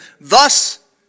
Thus